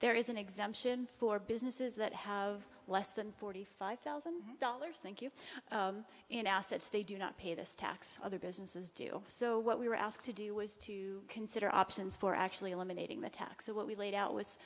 there is an exemption for businesses that have less than forty five thousand dollars thank you in assets they do not pay this tax other businesses do so what we were asked to do was to consider options for actually eliminating the tax so what we laid out w